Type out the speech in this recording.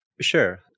Sure